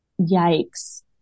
yikes